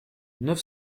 neuf